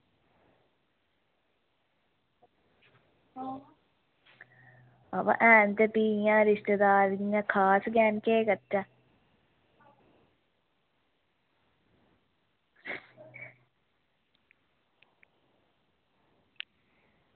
ते बा भी हैन ते इंया रिश्तेदार भी खास केह् करचै